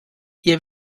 ihr